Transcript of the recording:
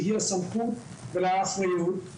שהיא הסמכות ולה האחריות,